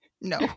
No